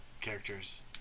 characters